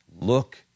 look